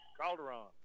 Calderon